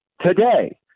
today